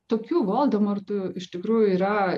tokių voldemortų iš tikrųjų yra